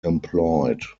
employed